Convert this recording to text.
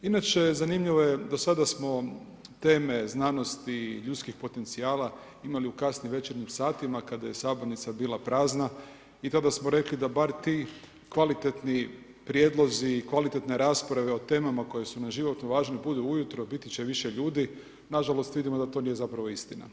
Inače, zanimljivo je do sada smo teme znanosti i ljudskih potencijala imali u kasnim večernjim satima, kada je sabornica bila prazna i tada smo rekli da bar ti kvalitetni prijedlozi i kvalitetna rasprave o temama koje su na životu važne, biti će više ljudi nažalost vidimo da to zapravo nije istina.